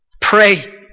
Pray